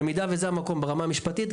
במידה וזה המקום ברמה המשפטית,